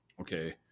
okay